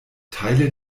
teile